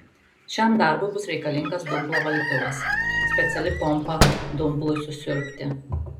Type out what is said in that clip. šiam darbui bus reikalingas dumblo valytuvas speciali pompa dumblui susiurbti